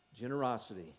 Generosity